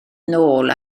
nôl